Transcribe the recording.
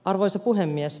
arvoisa puhemies